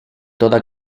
toda